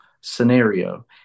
scenario